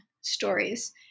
stories